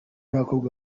b’abakobwa